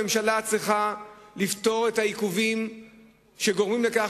הממשלה צריכה לפתור את העיכובים שגורמים לכך